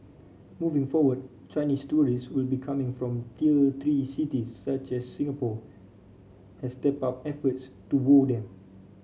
moving forward Chinese tourist will be coming from tier three cities such as Singapore has stepped up efforts to woo them